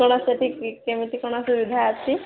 କ'ଣ ସେଠି କେମିତି କ'ଣ ସୁବିଧା ଅଛି